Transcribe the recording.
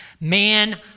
man